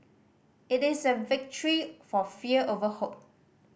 it is a victory for fear over hope